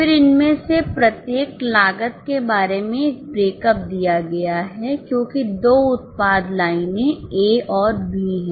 फिर इनमें से प्रत्येक लागत के बारे में एक ब्रेक अप दिया गया है क्योंकि दो उत्पाद लाइनें ए और बी हैं